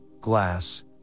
glass